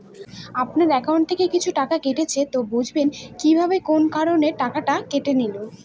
আপনার একাউন্ট থেকে কিছু টাকা কেটেছে তো বুঝবেন কিভাবে কোন কারণে টাকাটা কেটে নিল?